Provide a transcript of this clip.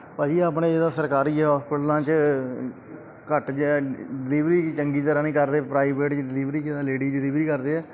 ਭਾਅ ਜੀ ਆਪਣੇ ਜਿੱਦਾਂ ਸਰਕਾਰੀ ਹੋਸਪਿਟਲਾਂ 'ਚ ਘੱਟ ਜਾਂ ਡਲੀਵਰੀ ਚੰਗੀ ਤਰ੍ਹਾਂ ਨਹੀਂ ਕਰਦੇ ਪ੍ਰਾਈਵੇਟ 'ਚ ਡਲੀਵਰੀ ਜਿੱਦਾਂ ਲੇਡੀਜ਼ ਦੀ ਡਲੀਵਰੀ ਕਰਦੇ ਆ